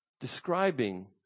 describing